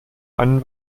einen